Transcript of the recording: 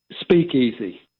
speakeasy